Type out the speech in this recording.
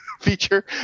feature